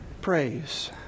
Praise